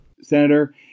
Senator